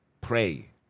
Pray